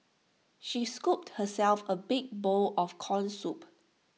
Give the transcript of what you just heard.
she scooped herself A big bowl of Corn Soup